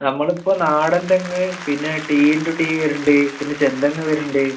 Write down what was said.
നമ്മൾ ഇപ്പം നാടൻ തെങ്ങ് പിന്നെ ടി ഇൻ്റു ടി വരുന്നുണ്ട് പിന്നെ ചെന്തെങ്ങ് വരുന്നുണ്ട്